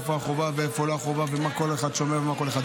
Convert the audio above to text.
איפה החובה ואיפה לא החובה ומה כל אחד שומע ומה כל אחד.